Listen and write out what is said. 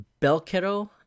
Belkero